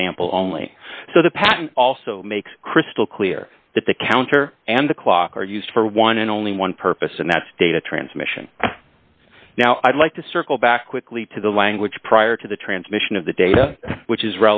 example only so the patent also makes crystal clear that the counter and the clock are used for one and only one purpose and that data transmission now i'd like to circle back quickly to the language prior to the transmission of the data which is